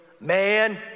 man